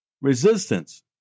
resistance